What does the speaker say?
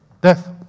death